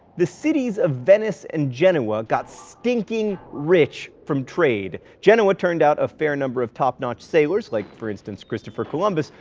the cities of venice and genoa got stinking rich from trade. genoa turned out a fair number of top-notch sailors, like for instance christopher columbus.